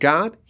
God